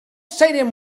stadium